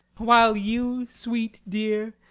while you, sweet dear,